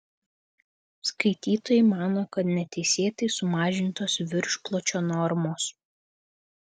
skaitytojai mano kad neteisėtai sumažintos viršpločio normos